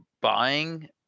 buying